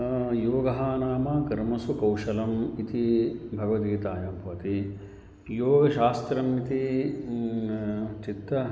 योगः नाम कर्मसु कौशलम् इति भगवद्गीतायां भवति योगशास्त्रम् इति चित्तः